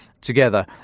together